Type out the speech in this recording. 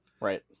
Right